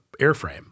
airframe